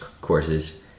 courses